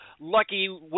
lucky